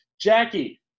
Jackie